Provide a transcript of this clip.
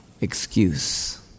excuse